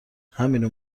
همینو